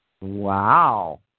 Wow